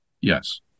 Yes